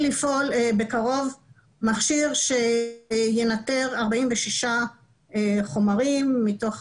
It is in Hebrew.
לפעול בקרוב מכשיר שינטר 46 חומרים מתוך